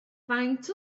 faint